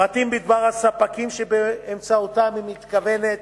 פרטים בדבר הספקים שבאמצעותם היא מתכוונת